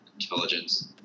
intelligence